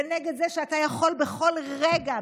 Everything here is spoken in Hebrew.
ונגד זה שאתה יכול בכל רגע,